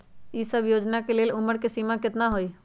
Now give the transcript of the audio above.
ई सब योजना के लेल उमर के सीमा केतना हई?